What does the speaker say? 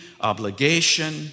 obligation